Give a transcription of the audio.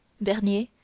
Bernier